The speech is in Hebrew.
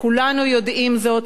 כולנו יודעים זאת,